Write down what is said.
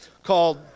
Called